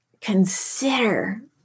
consider